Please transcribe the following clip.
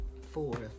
four